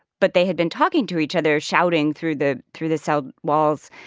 but they had been talking to each other, shouting through the through the cell walls.